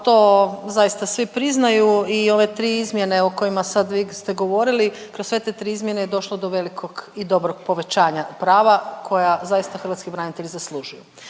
to zaista svi priznaju i ove tri izmjene o kojima sad vi ste govorili, kroz sve te tri izmjene je došlo do velikog i dobrog povećanja prava koja zaista hrvatski branitelji zaslužuju.